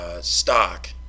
stock